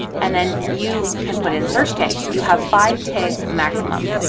and then you can put in search tags, you have five tags maximum.